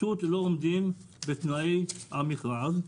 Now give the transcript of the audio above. פשוט הם לא עומדים בתנאי המכרז,